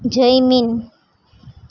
Jaymin